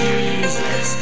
Jesus